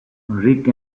rick